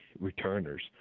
returners